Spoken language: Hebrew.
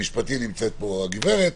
למשפטי נמצאת פה הגברת.